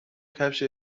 کفش